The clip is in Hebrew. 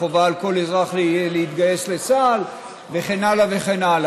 חובה על כל אזרח להתגייס לצה"ל וכן הלאה וכן הלאה.